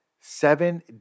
seven